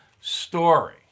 story